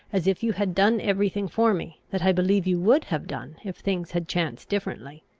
as if you had done every thing for me, that i believe you would have done if things had chanced differently.